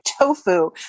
tofu